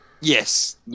Yes